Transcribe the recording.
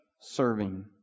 serving